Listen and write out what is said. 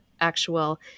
actual